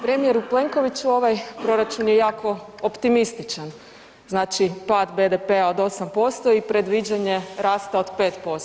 Premijeru Plenkoviću ovaj proračun je jako optimističan znači pad BDP-a od 8% i predviđanje rasta od 5%